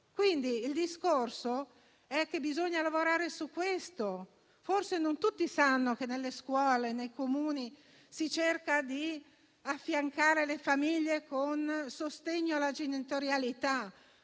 quindi, è che bisogna lavorare su questo. Forse non tutti sanno che nelle scuole e nei Comuni si cerca di affiancare le famiglie con un sostegno alla genitorialità,